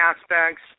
aspects